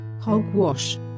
Hogwash